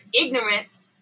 ignorance